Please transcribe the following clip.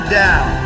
down